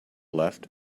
left